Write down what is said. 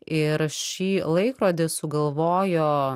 ir šį laikrodį sugalvojo